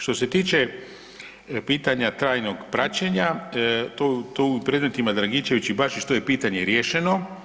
Što se tiče pitanja trajnog praćenja to u predmetima Dragičević i Bačić to je pitanje riješeno.